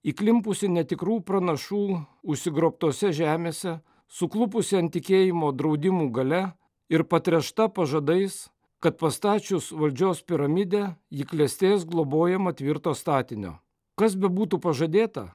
įklimpusi netikrų pranašų užsigrobtose žemėse suklupusi ant tikėjimo draudimų galia ir patręšta pažadais kad pastačius valdžios piramidę ji klestės globojama tvirto statinio kas bebūtų pažadėta